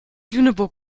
lüneburg